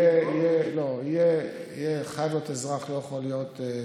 הוא חייב להיות אזרח, הוא לא יכול להיות שוטר.